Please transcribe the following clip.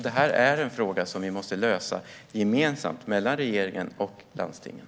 Det här är en fråga som vi måste lösa gemensamt mellan regeringen och landstingen.